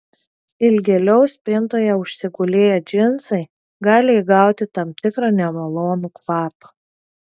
ilgėliau spintoje užsigulėję džinsai gali įgauti tam tikrą nemalonų kvapą